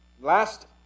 Last